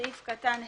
סעיף קטן (ה),